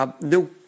no